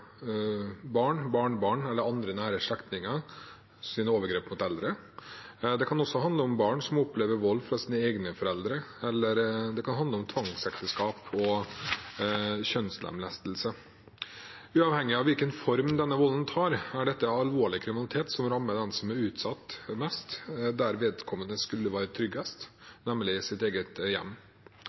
barn, barnebarn eller andre nære slektningers overgrep mot eldre, om barn som opplever vold fra sine egne foreldre, eller om tvangsekteskap og kjønnslemlestelse. Uavhengig av hvilken form volden tar, er dette alvorlig kriminalitet som rammer den som er utsatt for det, mest der hvor vedkommende skulle være tryggest, nemlig sitt eget hjem.